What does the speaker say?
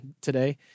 today